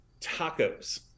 Tacos